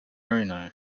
bruno